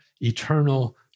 eternal